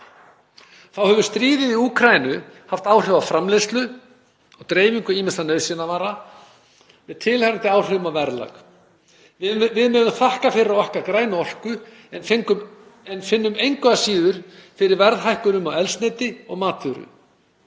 Þá hefur stríðið í Úkraínu haft áhrif á framleiðslu og dreifingu ýmissa nauðsynjavara með tilheyrandi áhrifum á verðlag á nauðsynjum. Við megum þakka fyrir okkar grænu orku, en finnum engu að síður fyrir verðhækkunum á eldsneyti og matvöru.